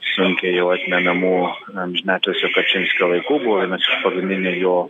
sunkiai jau atmenamų amžinatilsio kačinskio laikų buvo vienas iš pagrindinių jo